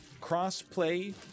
Cross-play